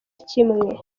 kimwe